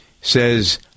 says